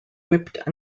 whipped